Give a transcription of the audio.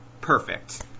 perfect